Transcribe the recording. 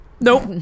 Nope